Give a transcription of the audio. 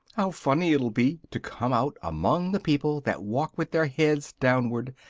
how funny it'll be to come out among the people that walk with their heads downwards!